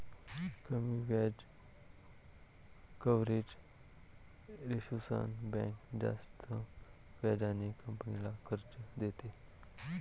कमी व्याज कव्हरेज रेशोसह बँक जास्त व्याजाने कंपनीला कर्ज देते